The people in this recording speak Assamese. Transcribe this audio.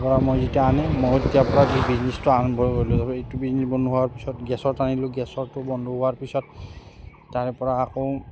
তাৰপৰা মই যেতিয়া আনিম মই তেতিয়াৰপৰা যি বিজনেচটো আৰম্ভ কৰিলোঁ তাৰপৰা এইটো বিজনেচ বন্ধ হোৱাৰ পিছত গেছত আনিলোঁ গেছৰটো বন্ধ হোৱাৰ পিছত তাৰপৰা আকৌ